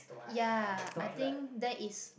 ya I think that is